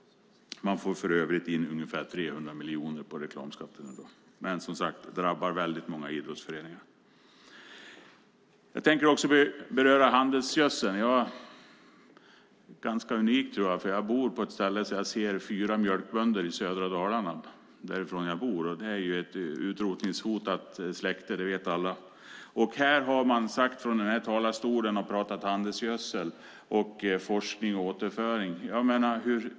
Man får för övrigt in ungefär 300 miljoner på reklamskatten, men den drabbar som sagt väldigt många idrottsföreningar. Jag tänker också beröra handelsgödseln. Jag är ganska unik, tror jag, för jag bor på ett ställe i södra Dalarna varifrån jag ser fyra mjölkbönder, och det är ju ett utrotningshotat släkte. Det vet alla. Från den här talarstolen har man pratat handelsgödsel, forskning och återföring.